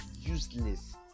useless